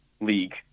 league